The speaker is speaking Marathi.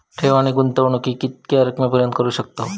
ठेव आणि गुंतवणूकी किती रकमेपर्यंत करू शकतव?